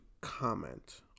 comment